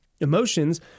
Emotions